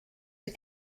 the